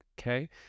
okay